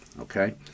Okay